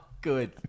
Good